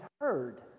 heard